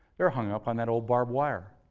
they're hung up on that old barbed wire.